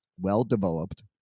well-developed